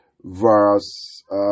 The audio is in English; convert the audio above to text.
verse